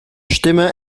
stimme